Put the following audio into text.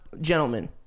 gentlemen